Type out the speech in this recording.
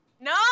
No